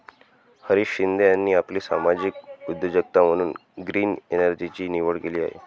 हरीश शिंदे यांनी आपली सामाजिक उद्योजकता म्हणून ग्रीन एनर्जीची निवड केली आहे